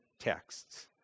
texts